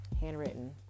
handwritten